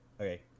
Okay